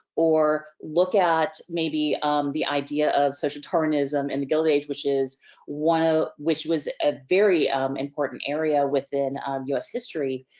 or look at maybe the idea of social darwinism in the gilded age which is one, ah which was a very um important area within u s history.